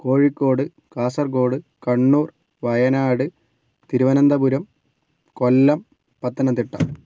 Kozhikode Kasaragod Kannur Wayanad Thiruvananthapuram Kollam Pathanamthitta